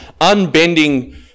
unbending